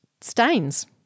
stains